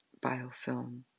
biofilm